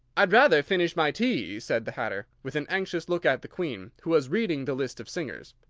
i'd rather finish my tea, said the hatter, with an anxious look at the queen, who was reading the list of singers.